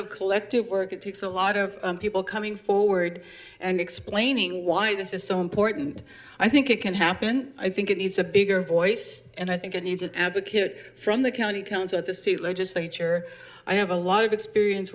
of collective work it takes a lot of people coming forward and explaining why this is so important i think it can happen i think it needs a bigger voice and i think it needs an advocate from the county council at the state legislature i have a lot of experience